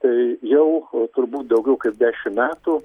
tai jau turbūt daugiau kaip dešim metų